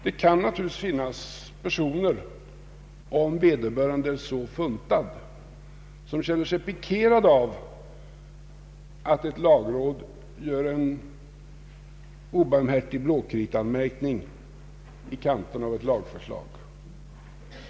Det kan naturligtvis finnas personer, om vederbörande är så funtade, som känner sig pikerade av att lagrådet gör en obarmhärtig blåkriteanmärkning i kanten av ett förslag.